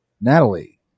Natalie